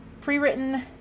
pre-written